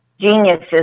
geniuses